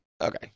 okay